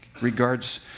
regards